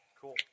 Cool